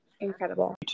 incredible